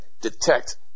detect